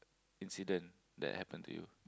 incident that happened to you